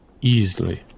Easily